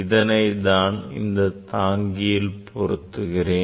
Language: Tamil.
இதனை நான் இந்தத் தாங்கியில் பொறுத்துகிறேன்